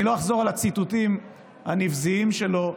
אני לא אחזור על הציטוטים הנבזיים שלו,